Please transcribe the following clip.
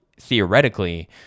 Theoretically